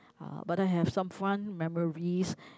uh but I have some fun memories